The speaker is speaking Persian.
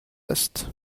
است